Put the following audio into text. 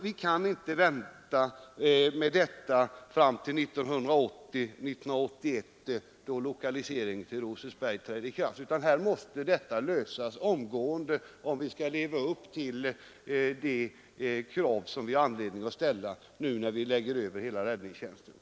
Vi kan inte vänta fram till 1980/81, då lokaliseringen till Rosersberg skall ske. Denna fråga måste lösas omgående, om vi skall leva upp till de krav vi har anledning att ställa när hela räddningstjänsten i fortsättningen skall ankomma på det kommunala brandförsvaret.